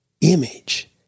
image